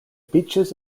beaches